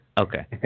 Okay